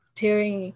tearing